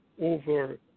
over